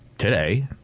Today